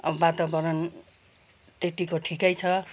वातावरण त्यतिको ठिकै छ